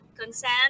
Consent